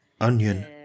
onion